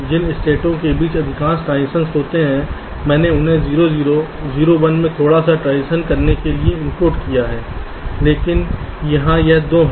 जिन स्टेटों के बीच अधिकांश ट्रांजीशन होते हैं मैंने उन्हें 0 0 और 0 1 में थोड़ा सा ट्रांजीशन होने के लिए एनकोड किया है लेकिन यहां यह 2 है